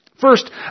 First